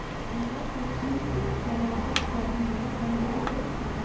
गेंदा के फूल से ज्यादातर माला बनाएल जाई छई